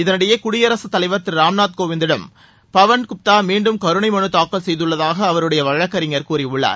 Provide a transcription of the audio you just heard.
இதனிடையே குடியரசுத் தலைவா் திரு ராம்நாத் கோவிந்திடம் பவன் குப்தா மீண்டும் கருணை மனு தாக்கல் செய்துள்ளதாக அவருடைய வழக்கறிஞர் கூறியுள்ளார்